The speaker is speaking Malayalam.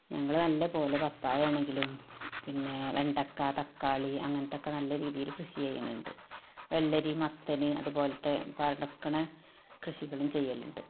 ഞങ്ങള് നല്ലത് പോലെ പപ്പായ ആണെങ്കിലും പിന്നെ വെണ്ടക്ക തക്കാളി അങ്ങനത്തെ ഒക്കെ നല്ല രീതിയിൽ കൃഷി ചെയ്യുന്നുണ്ട് വെള്ളരി മത്തന് അതുപോലത്തെ പടക്കണ കൃഷികളും ചെയ്യലുണ്ട്